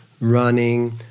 running